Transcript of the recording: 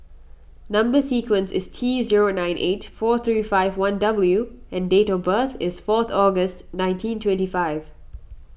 Number Sequence is T zero nine eight four three five one W and date of birth is fourth August nineteen twenty five